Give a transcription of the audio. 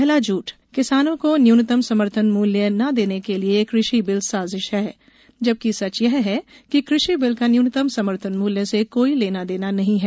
पहला झूठ किसानों को न्यूनतम समर्थन मूल्य ना देने के लिए कृषि बिल साजिश है जबकि सच यह है कि कृषि बिल का न्यूनतम समर्थन मूल्य से कोई लेना देना नहीं है